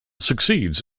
succeeds